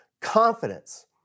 confidence